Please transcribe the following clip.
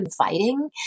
inviting